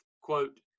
quote